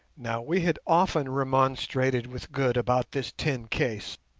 now we had often remonstrated with good about this tin case,